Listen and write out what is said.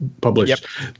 published